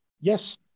Yes